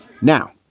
Now